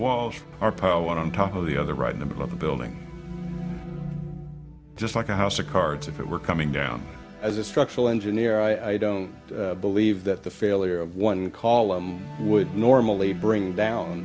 walls are power went on top of the other right in the middle of the building just like a house of cards if it were coming down as a structural engineer i don't believe that the failure of one color would normally bring down